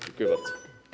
Dziękuję bardzo.